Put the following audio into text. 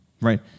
right